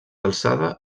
alçada